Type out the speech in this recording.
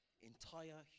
Entire